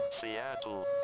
Seattle